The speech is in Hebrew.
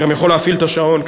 אתה גם יכול להפעיל את השעון,